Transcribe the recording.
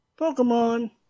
Pokemon